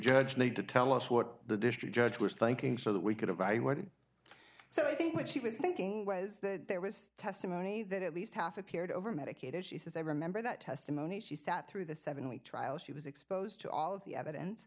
judge need to tell us what the district judge was thinking so that we could write what did so i think what she was thinking was that there was testimony that at least half appeared overmedicated she says i remember that testimony she sat through the seven week trial she was exposed to all of the evidence